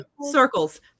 circles